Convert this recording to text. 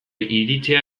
iritzia